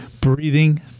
breathing